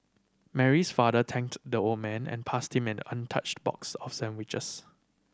Mary's father thanked the old man and passed him an untouched box of sandwiches